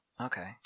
Okay